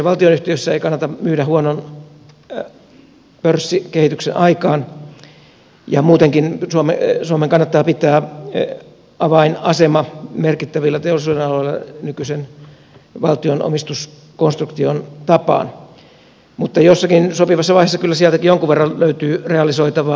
valtionyhtiössä ei kannata myydä huonon pörssikehityksen aikaan ja muutenkin suomen kannattaa pitää avainasema merkittävillä teollisuudenaloilla nykyisen valtion omistuskonstruktion tapaan mutta jossakin sopivassa vaiheessa kyllä sieltäkin jonkun verran löytyy realisoitavaa